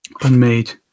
Unmade